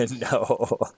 No